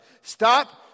Stop